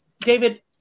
david